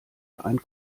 ein